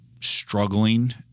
struggling